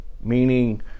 meaning